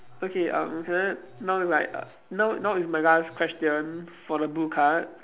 okay um can I now is like now now is my last question for the blue card